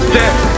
death